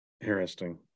Interesting